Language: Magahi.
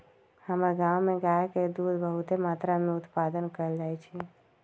हमर गांव में गाय के दूध बहुते मत्रा में उत्पादन कएल जाइ छइ